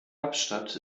kapstadt